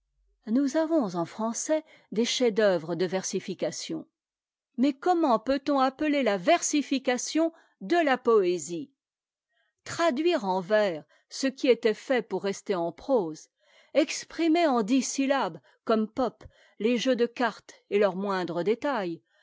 nous avons en français des chefs-d'œuvre de versification mais comment peut-on appeler la versification de la poésie traduire en vers ce qui était fait pour rester en prose exprimer en dix syllabes comme pope les jeux de cartes et leurs moindres détails